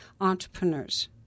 entrepreneurs